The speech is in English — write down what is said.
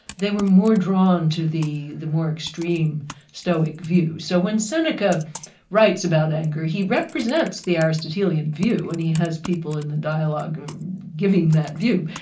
they were more drawn to the the more extreme stoic view. so when seneca writes about anger, he represents the ah aristotelian view when he has people in the dialogue giving that view,